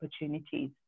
opportunities